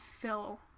fill